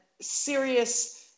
serious